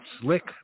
Slick